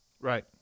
Right